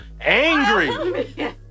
angry